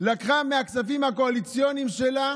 לקחה מהכספים הקואליציוניים שלה